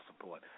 support